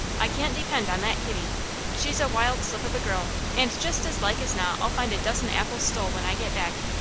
i can't depend on that kitty she's a wild slip of a girl, and just as like as not i'll find a dozen apples stole when i get back.